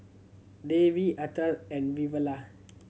Devi Atal and Vavilala